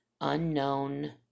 unknown